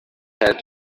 had